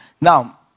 Now